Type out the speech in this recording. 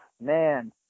man